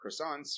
croissants